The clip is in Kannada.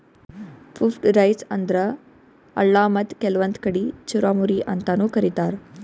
ಪುಫ್ಫ್ಡ್ ರೈಸ್ ಅಂದ್ರ ಅಳ್ಳ ಮತ್ತ್ ಕೆಲ್ವನ್ದ್ ಕಡಿ ಚುರಮುರಿ ಅಂತಾನೂ ಕರಿತಾರ್